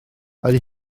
ydy